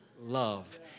love